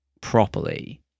properly